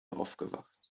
aufgewacht